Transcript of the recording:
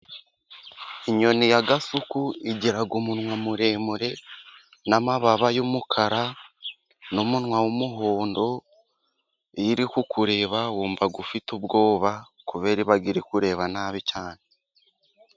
Inyoni ya gasuku igera umunwa muremure n'amababa y'umukara n'umunwa w'umuhondo. Iyo iri kukureba wumva ufite ubwoba kubera iba ikureba nabi cyane.